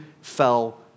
fell